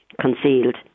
concealed